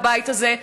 בבית הזה,